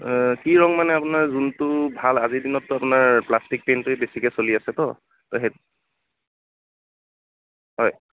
অ কি ৰং মানে আপোনাৰ যোনটো ভাল আজি দিনততো আপোনাৰ প্লাষ্টিক পেইণ্টটোৱে বেছিকৈ চলি আছেতো তো সেইটোৱে হয়